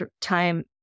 time